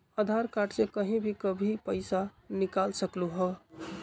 आधार card से कहीं भी कभी पईसा निकाल सकलहु ह?